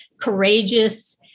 courageous